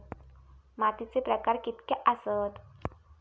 मातीचे प्रकार कितके आसत?